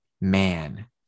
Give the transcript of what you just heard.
man